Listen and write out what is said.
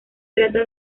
trata